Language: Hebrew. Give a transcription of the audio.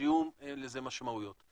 שיהיו לזה משמעויות.